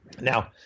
Now